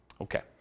Okay